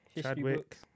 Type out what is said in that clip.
Chadwick